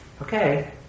Okay